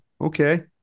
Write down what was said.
okay